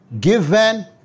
given